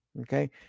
Okay